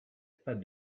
pas